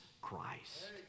Christ